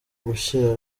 gushyira